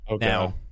Now